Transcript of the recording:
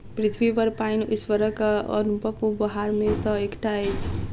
पृथ्वीपर पाइन ईश्वरक अनुपम उपहार मे सॅ एकटा अछि